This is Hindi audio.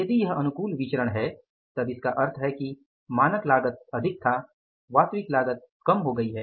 यदि यह अनुकूल विचरण है तब इसका अर्थ है कि मानक लागत अधिक था वास्तविक लागत कम हो गई है